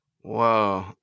Whoa